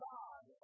God